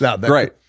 Great